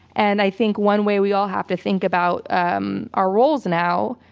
and i think one way we all have to think about um our roles now,